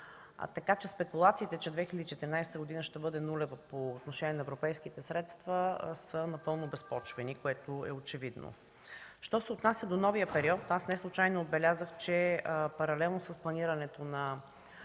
2014 г. Спекулациите, че 2014 г. ще бъде нулева по отношение на европейските средства, са напълно безпочвени, което е очевидно. Що се отнася до новия период, аз неслучайно отбелязах, че паралелно с планирането на